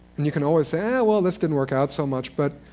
and you can always say, ah well, this didn't work out so much. but